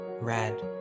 red